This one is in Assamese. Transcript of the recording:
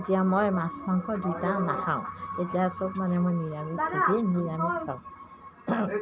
এতিয়া মই মাছ মাংস দুয়োটা নাখাওঁ তেতিয়া চব মানে মই নিৰামিষভোজী নিৰামিষ খাওঁ